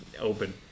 open